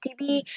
TV